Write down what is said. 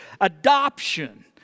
adoption